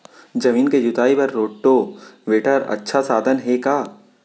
जमीन के जुताई बर रोटोवेटर अच्छा साधन हे का?